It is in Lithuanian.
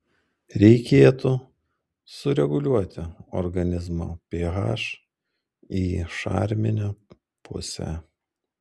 reikėtų sureguliuoti organizmo ph į šarminę pusę